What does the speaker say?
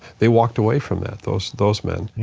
they walked away from that, those those men. yeah.